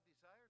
Desire